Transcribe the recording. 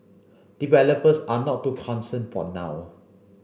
developers are not too concerned for now